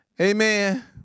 Amen